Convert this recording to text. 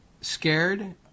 scared